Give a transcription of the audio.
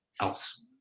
else